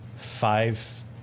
five